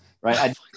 right